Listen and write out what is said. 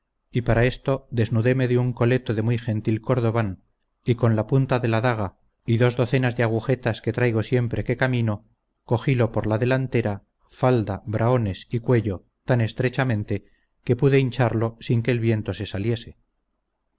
y para esto desnudéme de un coleto de muy gentil cordobán y con la punta de la daga y dos docenas de agujetas que traigo siempre que camino cogilo por la delantera falda brahones y cuello tan estrechamente que pude hincharlo sin que el viento se saliese